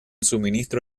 suministro